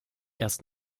erst